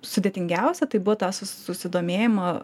sudėtingiausia tai buvo su susidomėjimą